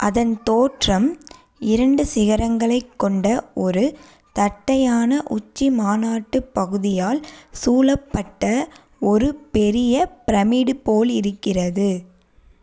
அதன் தோற்றம் இரண்டு சிகரங்களைக் கொண்ட ஒரு தட்டையான உச்சி மாநாட்டுப் பகுதியால் சூழப்பட்ட ஒரு பெரிய ப்ரமிடு போல் இருக்கிறது